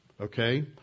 okay